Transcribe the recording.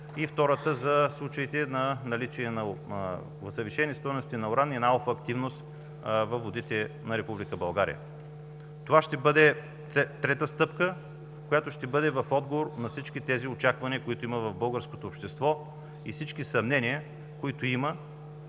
и втората – за случаите на наличие на завишени стойности на уран и на алфа-активност във водите на Република България. Това ще бъде третата стъпка, която ще бъде в отговор на всички тези очаквания, които има в българското общество, и всички съмнения, които има.